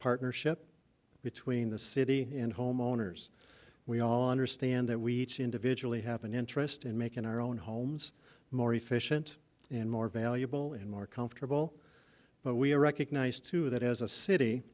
partnership between the city and homeowners we all understand that we each individually have an interest in making our own homes more efficient and more valuable and more comfortable but we are recognized too that as a city